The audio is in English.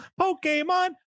pokemon